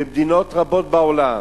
במדינות רבות בעולם